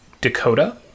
Dakota